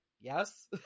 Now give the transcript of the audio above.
yes